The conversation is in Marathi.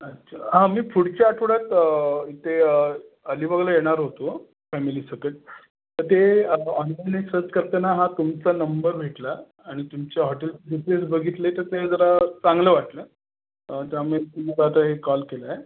अच्छा हां मी पुढच्या आठवड्यात इथे अलिबागला येणार होतो फॅमिलीसकट तर ते ऑनलाईन एक सर्च करताना हा तुमचा नंबर भेटला आणि तुमच्या हॉटेल जी पी एस बघितले तर ते जरा चांगलं वाटलं तर आम्ही रिव्यू पाहता हे कॉल केला आहे